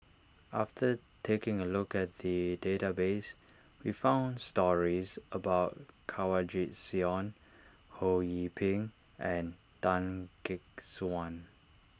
after taking a look at the database we found stories about Kanwaljit Soin Ho Yee Ping and Tan Gek Suan